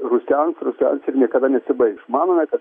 rusens rusens ir niekada nesibaigs manome kad